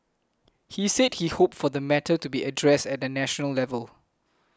he said he hoped for the matter to be addressed at a national level